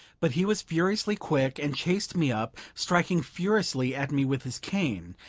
but he was furiously quick, and chased me up, striking furiously at me with his cane,